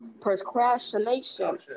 procrastination